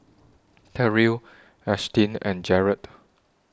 Terrill Ashtyn and Jaret